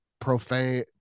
profane